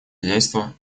хозяйство